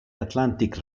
atlantic